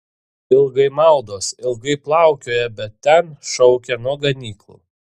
ilgai maudos ilgai plaukioja bet ten šaukia nuo ganyklų